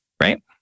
right